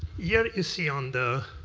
yeah you see on the